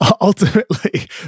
Ultimately